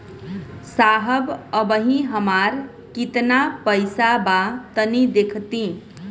साहब अबहीं हमार कितना पइसा बा तनि देखति?